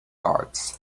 guards